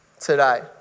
today